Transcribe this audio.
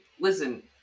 listen –